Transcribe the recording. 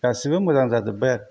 गासिबो मोजां जाजोबबाय आरो